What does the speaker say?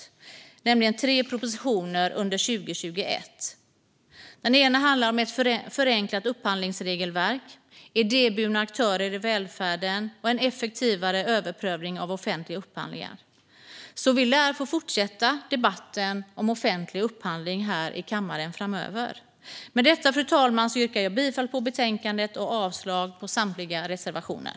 Man har aviserat tre propositioner under 2021. De handlar om ett förenklat upphandlingsregelverk, idéburna aktörer i välfärden och en effektivare överprövning av offentliga upphandlingar. Vi lär få fortsätta debatten om offentlig upphandling här i kammaren framöver. Med detta, fru talman, yrkar jag bifall till förslaget i betänkandet och avslag på samtliga reservationer.